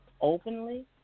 openly